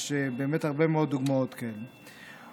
יש באמת הרבה מאוד דוגמאות כאלה.